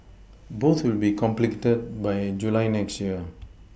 both will be completed by July next year